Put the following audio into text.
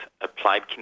applied